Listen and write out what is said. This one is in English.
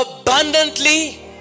Abundantly